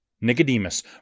Nicodemus